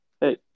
Hey